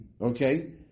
okay